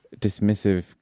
dismissive